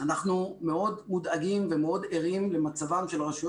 מי שזוכה בקול